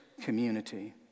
community